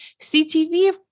CTV